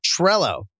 Trello